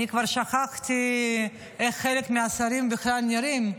כבר שכחתי איך חלק מהשרים נראים.